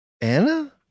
Anna